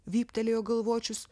vyptelėjo galvočius